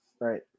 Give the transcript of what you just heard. right